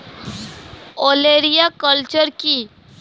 ওলেরিয়া কালচার কি?